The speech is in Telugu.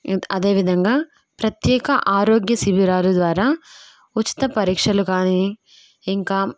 అదేవిధంగా ప్రత్యేక ఆరోగ్య శిబిరాలు ద్వారా ఉచిత పరీక్షలు కానీ ఇంకా